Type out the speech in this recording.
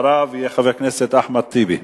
אחריו יהיה חבר הכנסת אחמד טיבי.